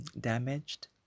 damaged